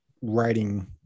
writing